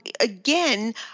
again